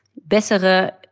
bessere